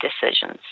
decisions